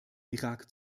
irak